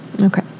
okay